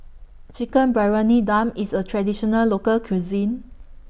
Chicken Briyani Dum IS A Traditional Local Cuisine